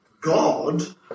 God